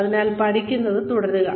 അതിനാൽ പഠിക്കുന്നത് തുടരുക